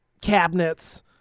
cabinets